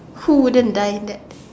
who wouldn't die in that